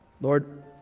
Lord